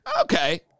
okay